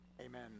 amen